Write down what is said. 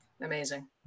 amazing